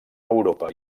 europa